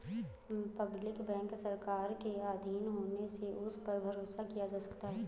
public bank सरकार के आधीन होने से उस पर भरोसा किया जा सकता है